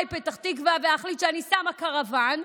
פתח תקווה ואחליט שאני שמה קרוון,